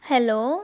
hello